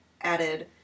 added